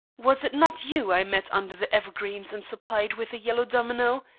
was it not you i met under the evergreens and supplied with a yellow domino,